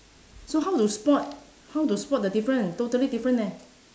so how to spot how to spot the different totally different eh